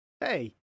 Hey